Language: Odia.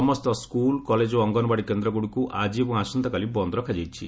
ସମସ୍ତ ସ୍କୁଲ୍ କଲେଜ ଓ ଅଙ୍ଗନବାଡି କେନ୍ଦ୍ରଗୁଡ଼ିକୁ ଆଜି ଏବଂ ଆସନ୍ତାକାଲି ବନ୍ଦ ରଖାଯାଇଛି